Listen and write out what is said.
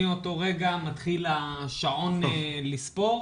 מאותו רגע מתחיל השעון לספור.